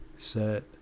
set